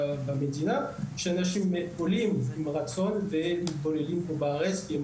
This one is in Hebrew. אנשים עולים עם רצון ומתבוללים בארץ כי הם